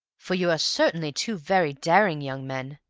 for you are certainly two very daring young men.